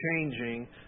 changing